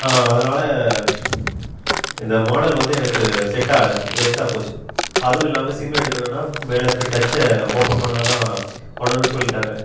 அதனால் இந்த மாடல் வந்து எனக்கு செட் ஆகலை வேஸ்ட்டாக போச்சு அதுவும் இல்லாமல் சிம்மு எடுக்கணும்னா மேலே இருக்க டச்சை ஓப்பன் பண்ணால் தான் பண்ணனும்னு சொல்லிட்டாங்கள்